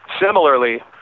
Similarly